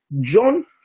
John